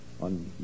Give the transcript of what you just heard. On